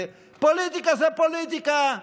ופוליטיקה זה פוליטיקה,